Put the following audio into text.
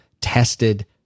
tested